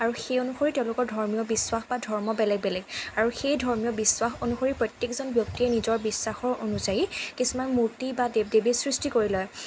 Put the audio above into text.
আৰু সেই অনুসৰি তেওঁলোকৰ ধৰ্মীয় বিশ্বাস বা ধৰ্ম বেলেগ বেলেগ আৰু সেই ধৰ্মীয় বিশ্বাস অনুসৰি প্ৰত্যেকজন ব্যক্তিয়ে নিজৰ বিশ্বাসৰ অনুযায়ী কিছুমান মূৰ্তি বা দেৱ দেৱী সৃষ্টি কৰি লয়